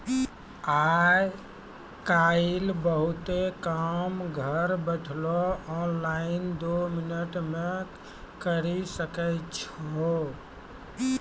आय काइल बहुते काम घर बैठलो ऑनलाइन दो मिनट मे करी सकै छो